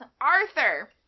Arthur